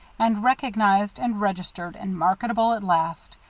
and recognized and registered and marketable at last,